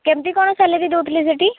କେମତି କ'ଣ ସାଲେରି ଦେଉଥୁଲେ ସେଠି